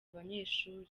abanyeshuri